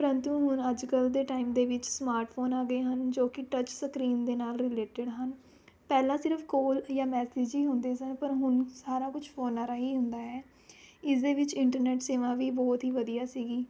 ਪ੍ਰੰਤੂ ਹੁਣ ਅੱਜ ਕੱਲ੍ਹ ਦੇ ਟਾਈਮ ਦੇ ਵਿੱਚ ਸਮਾਰਟਫ਼ੋਨ ਆ ਗਏ ਹਨ ਜੋ ਕਿ ਟੱਚ ਸਕਰੀਨ ਦੇ ਨਾਲ਼ ਰਿਲੇਟਿਡ ਹਨ ਪਹਿਲਾਂ ਸਿਰਫ਼ ਕੌਲ ਜਾਂ ਮੈਸਿਜ ਹੀ ਹੁੰਦੇ ਸਨ ਪਰ ਹੁਣ ਸਾਰਾ ਕੁਛ ਫ਼ੋਨਾਂ ਰਾਹੀਂ ਹੁੰਦਾ ਹੈ ਇਸਦੇ ਵਿੱਚ ਇੰਟਰਨੈੱਟ ਸੇਵਾ ਵੀ ਬਹੁਤ ਹੀ ਵਧੀਆ ਸੀਗੀ